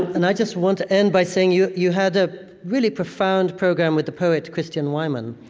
and i just want to end by saying you you had a really profound program with the poet christian wiman.